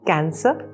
Cancer